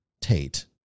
Tate